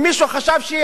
אם מישהו חשב,